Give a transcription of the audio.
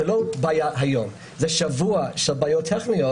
זאת לא בעיה שהתעוררה היום אלא זאת בעיה זה שבוע עם בעיות טכניות.